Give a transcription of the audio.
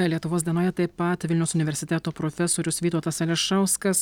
lietuvos dienoje taip pat vilniaus universiteto profesorius vytautas ališauskas